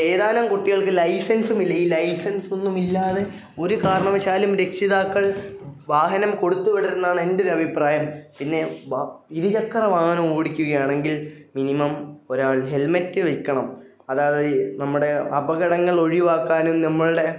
ഏതാനും കുട്ടികൾക്ക് ലൈസൻസുമില്ല ഈ ലൈസൻസൊന്നുമില്ലാതെ ഒരു കാരണവശാലും രക്ഷിതാക്കൾ വാഹനം കൊടുത്തുവിടരുതെന്നാണ് എന്റെ ഒരു അഭിപ്രായം പിന്നെ ഇരുചക്ര വാഹനം ഓടിക്കുകയാണെങ്കിൽ മിനിമം ഒരാൾ ഹെൽമെറ്റ് വയ്ക്കണം അതാണു നമ്മുടെ അപകടങ്ങൾ ഒഴിവാക്കാനും നമ്മളുടെ